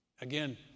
Again